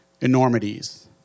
Enormities